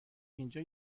اینجا